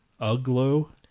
Uglo